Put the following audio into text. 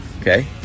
Okay